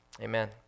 amen